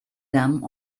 dam